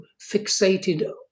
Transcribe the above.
fixated